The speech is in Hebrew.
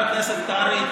חבר הכנסת קרעי,